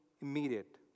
immediate